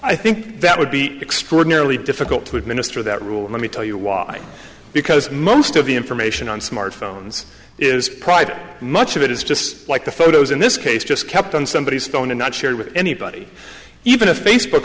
i think that would be extraordinarily difficult to administer that rule let me tell you why because most of the information on smartphones is private much of it is just like the photos in this case just kept on somebody's phone and not shared with anybody even a facebook